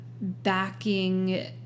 backing